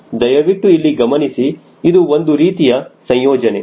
ದಯವಿಟ್ಟು ಇಲ್ಲಿ ಗಮನಿಸಿ ಇದು ಒಂದು ರೀತಿಯ ಸಂಯೋಜನೆ